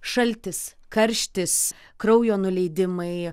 šaltis karštis kraujo nuleidimai